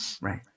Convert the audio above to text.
right